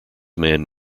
men